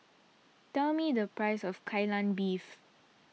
tell me the price of Kai Lan Beef